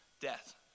death